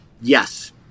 Yes